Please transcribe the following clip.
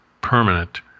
permanent